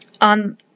on